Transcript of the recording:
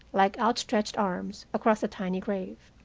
like outstretched arms, across the tiny grave.